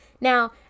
Now